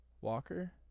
Walker